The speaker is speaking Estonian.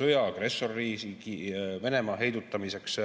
sõjas agressorriigi Venemaa heidutamiseks,